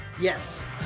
Yes